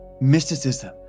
mysticism